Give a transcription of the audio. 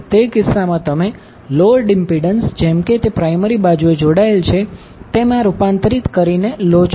તે કિસ્સામાં તમે લોડ ઇમ્પિડન્સ જેમ કે તે પ્રાયમરી બાજુએ જોડાયેલ છે તેમ રૂપાંતરિત કરીને લો છો